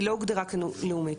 היא לא הוגדרה כלאומית.